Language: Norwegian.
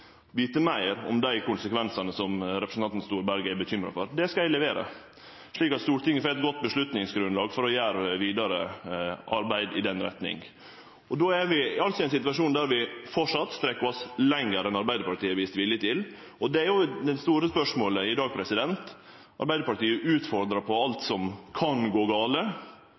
vite meir om dei konsekvensane som representanten Storberget er bekymra for. Det skal eg levere, slik at Stortinget får eit godt avgjerdsgrunnlag for sitt vidare arbeid i den retninga. Då er vi altså i ein situasjon der vi framleis strekkjer oss lenger enn Arbeidarpartiet har vist vilje til. Og då er jo det store spørsmålet i dag, når Arbeidarpartiet utfordrar på alt som kan gå gale